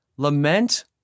Lament